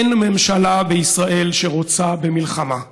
אין ממשלה בישראל שרוצה במלחמה,